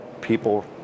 people